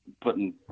putting